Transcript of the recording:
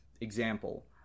example